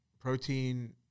protein